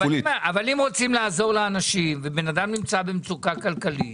אבל אם רוצים לעזור לאנשים ובן אדם נמצא במצוקה כלכלית